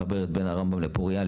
מחבר בין רמב"ם לפורייה,